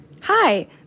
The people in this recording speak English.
Hi